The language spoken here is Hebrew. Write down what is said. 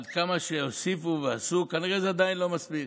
כמה שהוסיפו ועשו, כנראה שזה עדיין לא מספיק.